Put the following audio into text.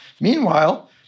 Meanwhile